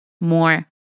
more